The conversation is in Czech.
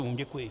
Děkuji.